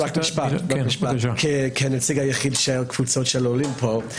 רק משפט, כנציג היחיד של קבוצות של עולים פה.